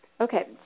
Okay